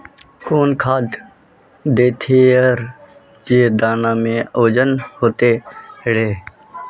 कौन खाद देथियेरे जे दाना में ओजन होते रेह?